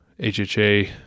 HHA